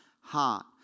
heart